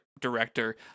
director